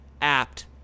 apt